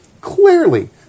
clearly